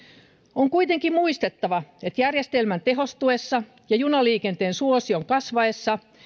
on kuitenkin muistettava että järjestelmän tehostuessa ja junaliikenteen suosion kasvaessa